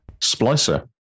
splicer